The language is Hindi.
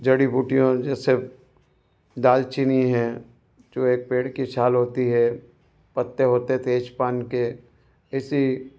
जड़ी बूटियों जैसे दालचीनी है जो एक पेड़ की छाल होती है पत्ते वत्ते तेजपान के इसी